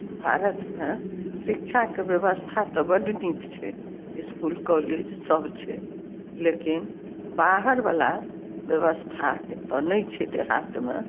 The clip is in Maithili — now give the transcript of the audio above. भारतमे शिक्षाके ब्यवस्था तऽ बड्ड नीक छै इसकुल कॉलेज सब छै लेकिन बाहर बला ब्यवस्था एतऽ नहि छै देहातमे